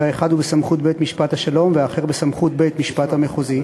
האחד הוא בסמכות בית-משפט השלום והאחר בסמכות בית-המשפט המחוזי,